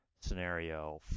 scenario